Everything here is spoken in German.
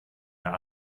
der